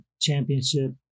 championship